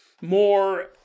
more